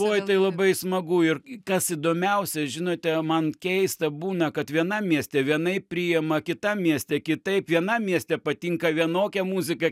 oi tai labai smagu ir kas įdomiausia žinote man keista būna kad vienam mieste vienaip priima kitam mieste kitaip vienam mieste patinka vienokia muzika